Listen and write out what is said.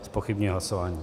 Zpochybňuji hlasování.